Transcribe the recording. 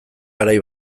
garai